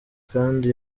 kandi